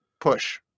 push